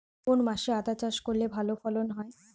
কোন মাসে আদা চাষ করলে ভালো ফলন হয়?